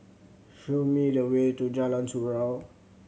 show me the way to Jalan Surau